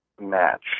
match